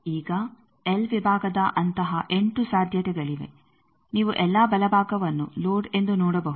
ಈಗ ಎಲ್ ವಿಭಾಗದ ಅಂತಹ 8 ಸಾಧ್ಯತೆಗಳಿವೆ ನೀವು ಎಲ್ಲಾ ಬಲಭಾಗವನ್ನು ಲೋಡ್ ಎಂದು ನೋಡಬಹುದು